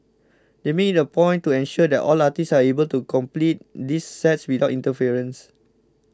they make it a point to ensure that all artists are able to complete this sets without interference